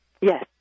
Yes